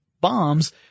bombs